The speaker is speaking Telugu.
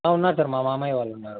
ఉన్నారు సార్ మా మామయ్య వాళ్ళు ఉన్నారు